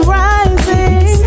rising